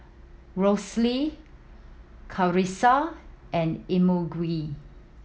Rosey Karissa and Imogene